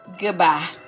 Goodbye